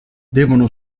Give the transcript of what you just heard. devono